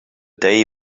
day